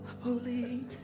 holy